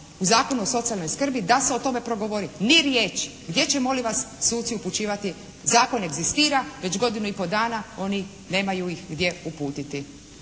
u Zakonu o socijalnoj skrbi da se o tome progovori. Ni riječi. Gdje će molim vas suci upućivati, zakon egzistira već godinu i pol dana oni nemaju ih gdje uputiti.